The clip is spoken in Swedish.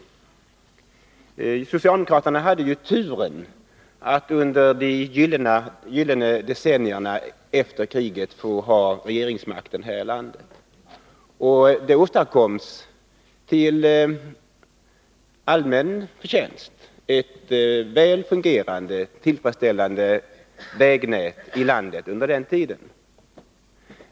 Socialdemokraterna hade ju turen att få ha regeringsmakten här i landet under de gyllene decennierna efter kriget. Då åstadkoms till allmän förtjänst ett väl fungerande och tillfredsställande vägnät i landet.